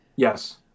Yes